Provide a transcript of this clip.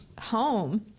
home